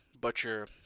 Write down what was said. butcher